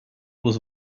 was